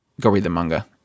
go-read-the-manga